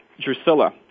Drusilla